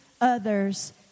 others